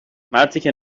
مرتیکه